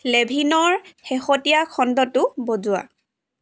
লেভিনৰ শেহটীয়া খণ্ডটো বজোৱা